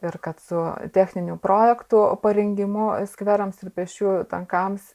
ir kad su techninių projektų parengimu skverams ir pėsčiųjų takams